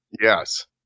Yes